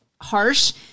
harsh